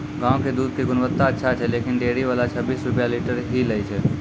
गांव के दूध के गुणवत्ता अच्छा छै लेकिन डेयरी वाला छब्बीस रुपिया लीटर ही लेय छै?